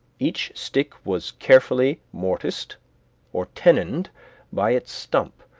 each stick was carefully mortised or tenoned by its stump,